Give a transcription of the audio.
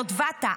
יטבתה,